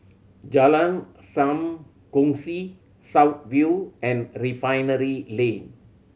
Jalan Sam Kongsi South View and Refinery Lane